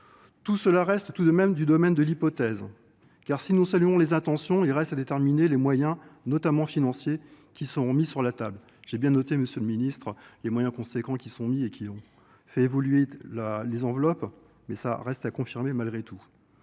tout cela reste tout de même du domaine de l'hypothèse, car si nous saluons les intentions il reste à déterminer les moyens notamment financiers qui seront mis sur la table j'ai bien noté monsieur le ministre les moyens conséquents qui sont mis et évoluer la les enveloppes mais ça reste à confirmer malgré tout